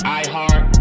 iHeart